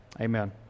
amen